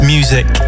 Music